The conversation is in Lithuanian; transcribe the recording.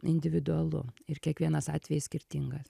individualu ir kiekvienas atvejis skirtingas